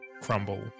crumble